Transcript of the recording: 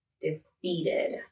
defeated